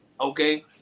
okay